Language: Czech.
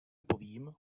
povím